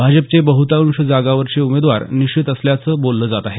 भाजपचे बह्तांश जागांवरचे उमेदवार निश्चित असल्याचं बोललं जात आहे